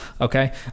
okay